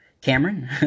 Cameron